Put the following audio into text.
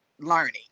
learning